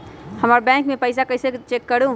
हमर बैंक में पईसा कईसे चेक करु?